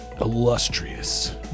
illustrious